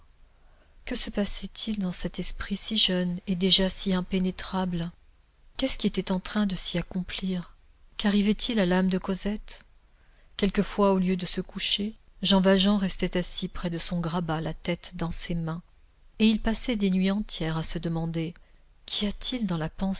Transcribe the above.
que se passait-il dans cet esprit si jeune et déjà si impénétrable qu'est-ce qui était en train de s'y accomplir quarrivait il à l'âme de cosette quelquefois au lieu de se coucher jean valjean restait assis près de son grabat la tête dans ses mains et il passait des nuits entières à se demander qu'y a-t-il dans la